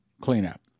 cleanup